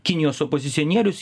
kinijos opozicionierius